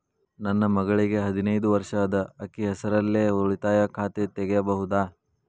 ನನ್ನ ಮಗಳಿಗೆ ಹದಿನೈದು ವರ್ಷ ಅದ ಅಕ್ಕಿ ಹೆಸರಲ್ಲೇ ಉಳಿತಾಯ ಖಾತೆ ತೆಗೆಯಬಹುದಾ?